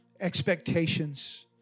expectations